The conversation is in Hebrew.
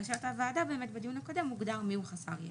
לבקשת הוועדה בדיון הקודם הוגדר מיהו חסר ישע.